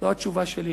זו התשובה שלי.